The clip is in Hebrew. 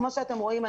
כמו שאתם רואים,